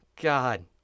God